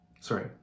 sorry